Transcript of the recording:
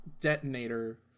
detonator